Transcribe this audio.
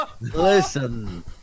listen